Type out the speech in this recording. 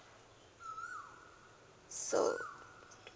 so